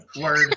Word